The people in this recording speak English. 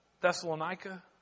Thessalonica